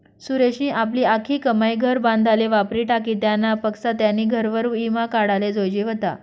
सुरेशनी आपली आख्खी कमाई घर बांधाले वापरी टाकी, त्यानापक्सा त्यानी घरवर ईमा काढाले जोयजे व्हता